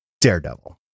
Daredevil